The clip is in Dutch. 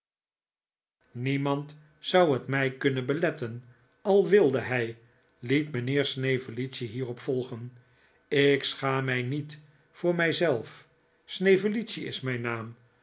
niemand zou het mij kunnen beletten al wilde hij liet mijnheer snevellicci hierop volgen ik schaam mij niet voor mij zelf snevellicci is mijn naam